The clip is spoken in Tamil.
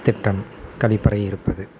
திட்டம் கழிப்பறை இருப்பது